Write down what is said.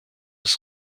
ist